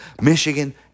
Michigan